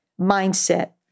mindset